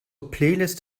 playlist